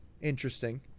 interesting